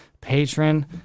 patron